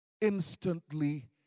instantly